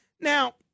Now